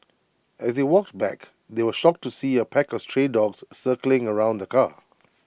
as they walked back they were shocked to see A pack of stray dogs circling around the car